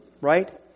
right